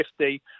50